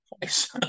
twice